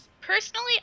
personally